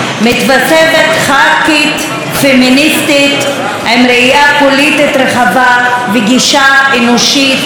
מתווספת ח"כית פמיניסטית עם ראייה פוליטית רחבה וגישה אנושית,